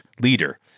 leader